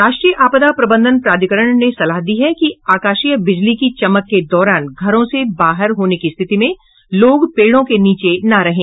राष्ट्रीय आपदा प्रबंधन प्राधिकरण ने सलाह दी है कि आकाशीय बिजली की चमक के दौरान घरों से बाहर होने की स्थिति में लोग पेड़ों के नीचे न रहें